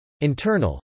Internal